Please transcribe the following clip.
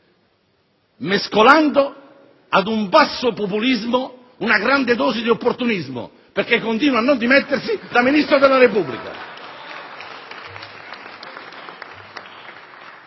mescolando ad un basso populismo una grande dose di opportunismo, perché continua a non dimettersi da ministro della Repubblica